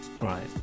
Right